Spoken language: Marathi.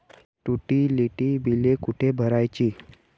युटिलिटी बिले कुठे भरायची?